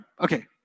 Okay